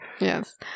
Yes